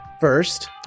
First